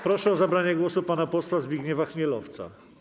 Proszę o zabranie głosu pana posła Zbigniewa Chmielowca.